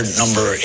number